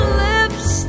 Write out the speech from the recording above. lips